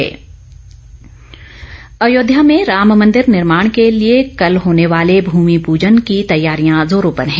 राम मंदिर अयोध्या में राम मंदिर निर्माण के लिए कल होने वाले भूमि पूजन की तैयारियां जोरों पर है